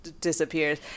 disappears